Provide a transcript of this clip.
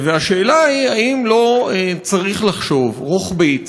והשאלה היא, האם לא צריך לחשוב רוחבית